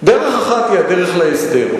הפטנט הוא להקטין את שטח הדירות.